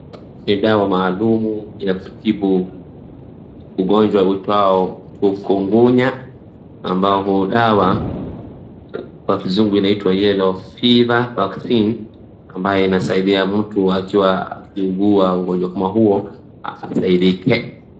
Ni dawa maalumu ya kutibu ugonjwa uitwao ufungunya, ambao huu dawa kwa kizungu unaitwa yellow fever vaccine ambayo inasaidia mtu akiugua ugonjwa kama huo asaidike.